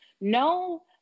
no